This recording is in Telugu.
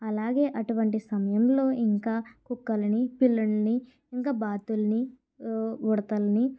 అలాగే అటువంటి సమయంలో ఇంకా కుక్కలని పిల్లులని ఇంకా బాతులని ఉడుతలని